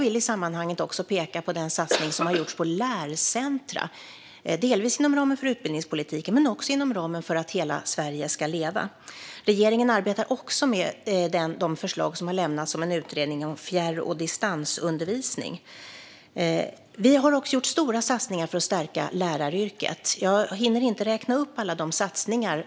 I sammanhanget vill jag även peka på den satsning som har gjorts på lärcentrum inom ramen för utbildningspolitiken men också inom ramen för att hela Sverige ska leva. Regeringen arbetar också med de förslag som har lämnats om en utredning av fjärr och distansundervisning. Vi har även gjort stora satsningar för att stärka läraryrket. Jag hinner inte räkna upp dem alla.